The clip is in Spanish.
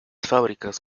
fábricas